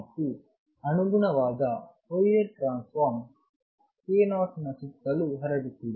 ಮತ್ತು ಅನುಗುಣವಾದ Fourier transform k 0 ರ ಸುತ್ತಲೂ ಹರಡುತ್ತದೆ